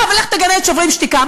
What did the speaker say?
ולך תגנה את "שוברים שתיקה".